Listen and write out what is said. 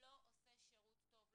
לא עושה שירות טוב,